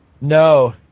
No